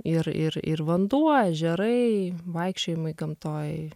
ir ir ir vanduo ežerai vaikščiojimai gamtoj